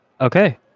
Okay